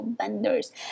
vendors